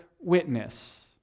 witness